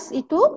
itu